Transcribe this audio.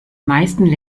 meisten